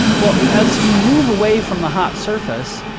well, as you move away from the hot surface,